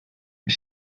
mis